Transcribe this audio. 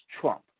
Trump